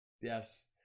Yes